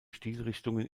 stilrichtungen